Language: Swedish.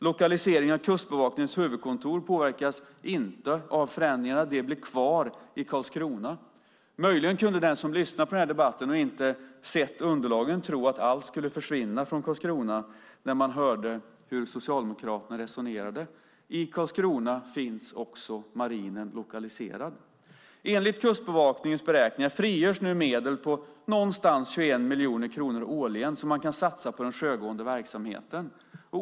Lokaliseringen av Kustbevakningens huvudkontor påverkas inte av förändringarna. Det blir kvar i Karlskrona. Möjligen kan den som lyssnar på den här debatten och inte har sett underlagen tro att allt ska försvinna från Karlskrona när de hör hur Socialdemokraterna resonerar. I Karlskrona finns också marinen lokaliserad. Enligt Kustbevakningens beräkningar frigörs nu medel på omkring 21 miljoner kronor årligen, vilket man kan satsa på den sjögående verksamheten.